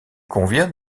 convient